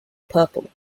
purple